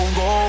go